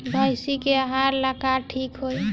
भइस के आहार ला का ठिक होई?